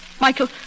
Michael